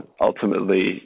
ultimately